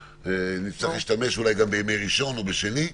נצטרך להשתמש אולי גם בימי ראשון או בשני.